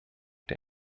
der